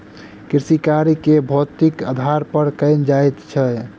कृषिकार्य के भौतिकीक आधार पर कयल जाइत छै